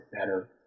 better